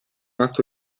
atto